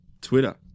Twitter